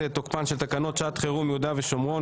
תוקפן של תקנות שעת חירום (יהודה והשומרון,